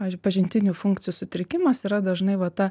pavyzdžiui pažintinių funkcijų sutrikimas yra dažnai va ta